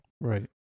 Right